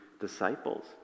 disciples